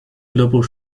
俱乐部